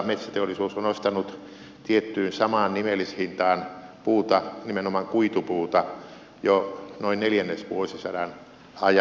metsäteollisuus on ostanut tiettyyn samaan nimellishintaan puuta nimenomaan kuitupuuta jo noin neljännesvuosisadan ajan